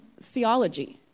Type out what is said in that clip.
Theology